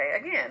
again